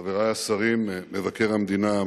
חברי השרים, מבקר המדינה,